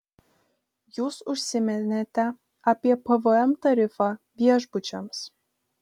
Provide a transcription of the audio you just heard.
jūs užsiminėte apie pvm tarifą viešbučiams